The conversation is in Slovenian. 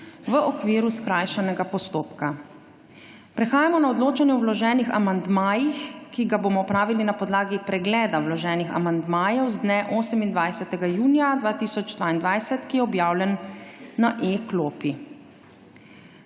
v okviru skrajšanega postopka. Prehajamo na odločanje o vloženih amandmajih, ki ga bomo opravili na podlagi pregleda vloženih amandmajev z dne 28. junija 2022, ki je objavljen na e-klopi.